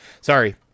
Sorry